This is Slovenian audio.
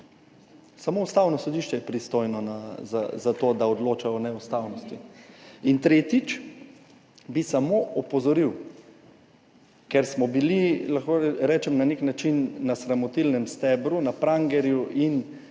Samo Ustavno sodišče je pristojno za to, da odloča o neustavnosti. In tretjič bi samo opozoril, ker smo bili, lahko rečem, na nek način na sramotilnem stebru, na prangerju, in,